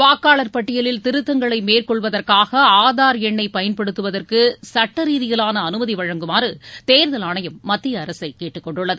வாக்காளர் பட்டியலில் திருத்தங்களை மேற்கொள்வதற்காக ஆதார் எண்ணை பயன்படுத்துவதற்கு சுட்ட ரீதியிலான அனுமதி வழங்குமாறு தேர்தல் ஆணையம் மத்திய அரசை கேட்டுக் கொண்டுள்ளது